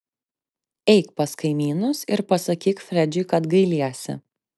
eik pas kaimynus ir pasakyk fredžiui kad gailiesi